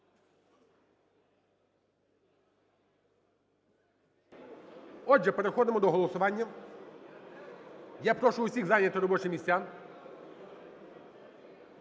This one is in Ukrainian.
Отже, переходимо до голосування. Я прошу всіх зайняти робочі місця.